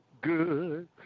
good